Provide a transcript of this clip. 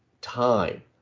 time